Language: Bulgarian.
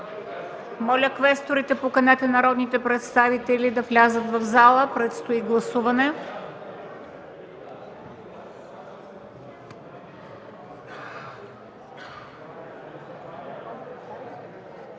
Моля, квесторите, поканете народните представители да влязат в залата – предстои гласуване.